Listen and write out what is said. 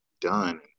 done